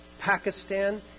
Pakistan